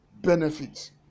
benefits